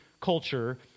culture